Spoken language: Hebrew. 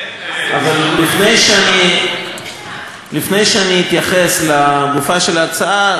אבל לפני שאני אתייחס לגופה של ההצעה,